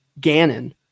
Gannon